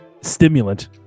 Stimulant